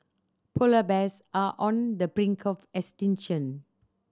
polar bears are on the brink of extinction